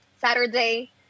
Saturday